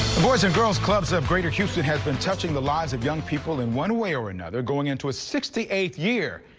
boys and girls clubs of greater houston had been touching the lives of young people in one way or another going into a sixty eight year.